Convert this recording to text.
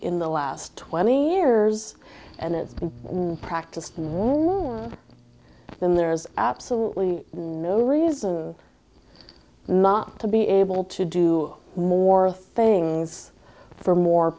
in the last twenty years and it's been practiced and why then there's absolutely no reason not to be able to do more things for more